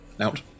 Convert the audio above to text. Out